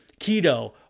keto